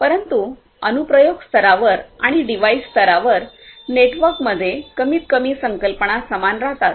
परंतु अनुप्रयोग स्तरावर आणि डिव्हाइस स्तरावर नेटवर्कमध्ये कमीतकमी संकल्पना समान राहतात